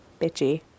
bitchy